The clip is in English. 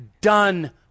done